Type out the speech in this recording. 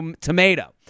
tomato